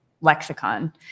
lexicon